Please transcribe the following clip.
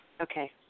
Okay